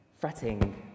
fretting